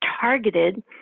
targeted